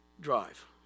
drive